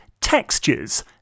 Textures